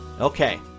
Okay